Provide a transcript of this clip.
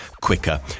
quicker